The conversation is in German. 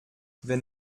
wenn